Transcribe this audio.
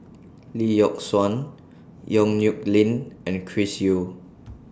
Lee Yock Suan Yong Nyuk Lin and Chris Yeo